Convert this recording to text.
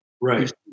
Right